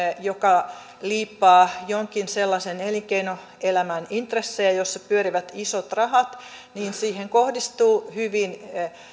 joka liippaa jonkin sellaisen elinkeinoelämän alan intressejä jossa pyörivät isot rahat kohdistuu hyvin